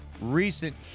recent